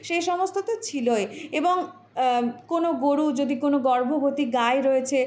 সে সমস্ত তো ছিলোই এবং কোনো গরু যদি কোনো গর্ভবতী গাই রয়েছে